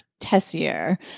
Tessier